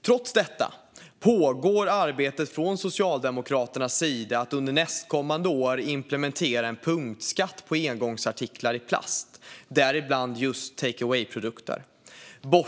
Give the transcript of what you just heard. Trots det pågår arbetet från Socialdemokraternas sida med att under nästkommande år implementera en punktskatt på engångsartiklar i plast, däribland just take away-produkter.